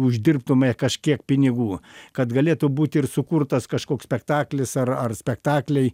uždirbtume kažkiek pinigų kad galėtų būti ir sukurtas kažkoks spektaklis ar ar spektakliai